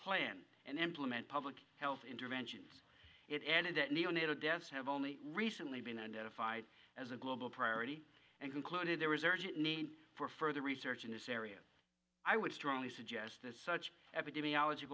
plan and implement public health interventions it added that neonatal deaths have only recently been identified as a global priority and concluded there was an urgent need for further research in this area i would strongly suggest that such epidemiology